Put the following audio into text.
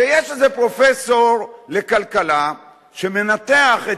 ויש איזה פרופסור לכלכלה שמנתח את